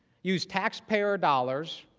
used taxpayer dollars,